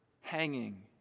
hanging